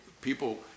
people